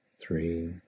three